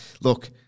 Look